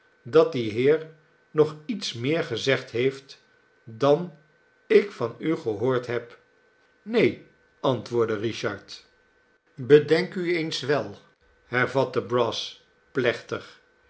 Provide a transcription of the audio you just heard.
dat die heer nog iets meer gezegd heeft dan ik van u gehoord heb neen antwoordde richard bedenk u eens wel hervatte brass plechtig